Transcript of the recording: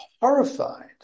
horrified